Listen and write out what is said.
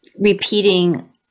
repeating